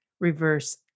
reverse